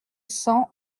cent